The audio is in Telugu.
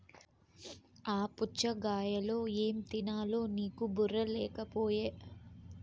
ఆ పుచ్ఛగాయలో ఏం తినాలో నీకు బుర్ర లేకపోయె